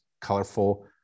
colorful